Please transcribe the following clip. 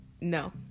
No